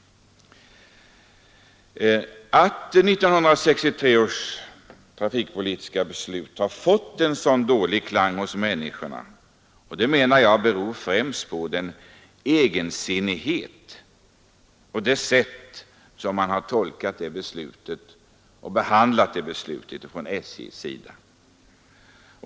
Att 1963 års trafikpolitiska beslut har fått en så dålig klang hos människorna beror, menar jag, främst på det egensinniga sätt på vilkt man tolkat och tillämpat det beslutet inom SJ.